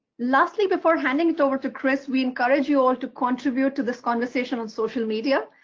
lastly, before handing it over to chris, we encourage you all to contribute to this conversation on social media.